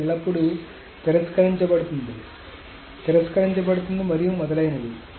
ఇది ఎల్లప్పుడూ తిరస్కరించబడుతుంది తిరస్కరించబడుతుంది తిరస్కరించబడుతుంది మరియు మొదలైనవి